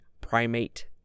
Primate